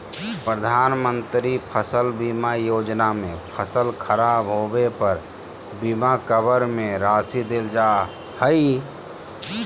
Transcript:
प्रधानमंत्री फसल बीमा योजना में फसल खराब होबे पर बीमा कवर में राशि देल जा हइ